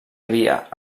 havia